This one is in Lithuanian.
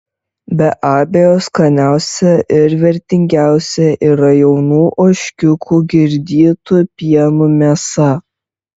be abejo skaniausia ir vertingiausia yra jaunų ožkiukų girdytų pienu mėsa